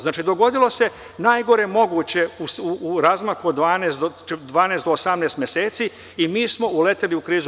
Znači, dogodilo se najgore moguće u razmaku od 12 do 18 meseci i mi smo uleteli u krizi.